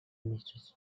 mysteries